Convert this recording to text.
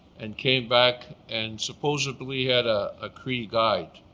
and came back and supposedly had a ah cree guide.